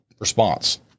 response